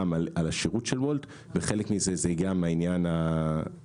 על השירות של וולט וחלק זה גם העניין הבטיחותי.